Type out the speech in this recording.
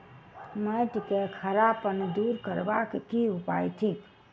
माटि केँ खड़ापन दूर करबाक की उपाय थिक?